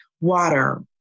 Water